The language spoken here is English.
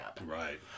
Right